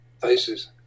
Faces